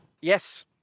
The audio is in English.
Yes